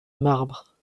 marbre